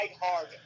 hard